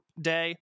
day